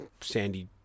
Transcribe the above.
sandy